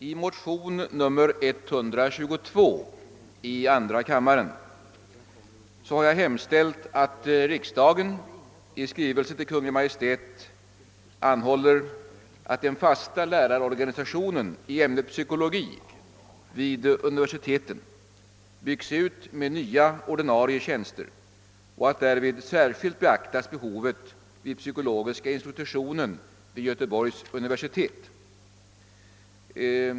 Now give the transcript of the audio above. I motion II:122 har jag hemställt att riksdagen i skrivelse till Kungl. Maj:t anhåller att den fasta lärarorganisationen i ämnet psykologi vid universiteten bygges ut med nya ordinarie tjänster och att därvid särskilt beaktas behovet vid psykologiska institutionen vid Göteborgs universitet.